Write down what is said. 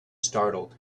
startled